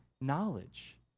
Knowledge